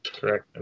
Correct